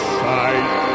sight